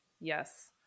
Yes